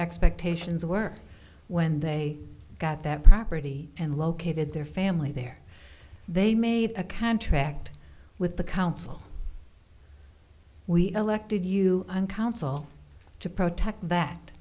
expectations were when they got that property and located their family there they made a contract with the council we elected you on council to protect that